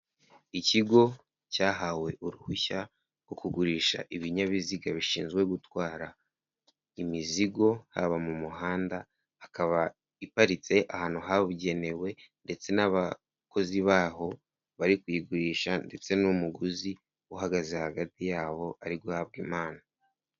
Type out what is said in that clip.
Ikigo cyahawe uruhushya rwo kugurisha ibinyabiziga bishinzwe gutwara imizigo, haba mu muhanda, hakaba iparitse ahantu habugenewe ndetse n'abakozi baho bari kuyigurisha ndetse n'umuguzi uhagaze hagati yabo ari guhabwa impano.